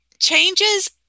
changes